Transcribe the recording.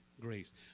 grace